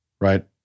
right